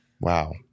Wow